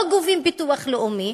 לא גובים ביטוח לאומי,